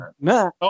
No